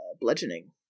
bludgeoning